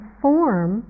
form